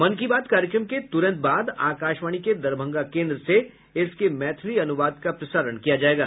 मन की बात कार्यक्रम के तुरंत बाद आकाशवाणी के दरभंगा केन्द्र से इसके मैथिली अनुवाद का प्रसारण किया जायेगा